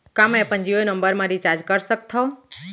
का मैं अपन जीयो नंबर म रिचार्ज कर सकथव?